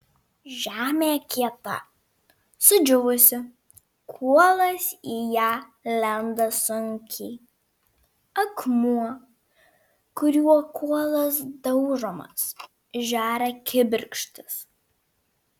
žemė kieta sudžiūvusi kuolas į ją lenda sunkiai akmuo kuriuo kuolas daužomas žeria kibirkštis